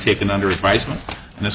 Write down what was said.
taken under advisement and this